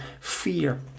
fear